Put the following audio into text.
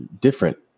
different